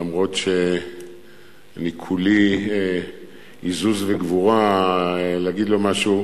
למרות שאני כולי עזוז וגבורה להגיד לו משהו,